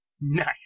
Nice